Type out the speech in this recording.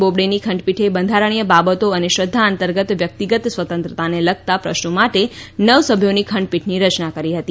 બોબડેની ખંડપીઠે બંધારણીય બાબતો અને શ્રદ્ધા અંતર્ગત વ્યક્તિગત સ્વતંત્રતાને લગતા પ્રશ્નો માટે નવ સભ્યોની ખંડપીઠની રચના કરી હતી